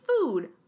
food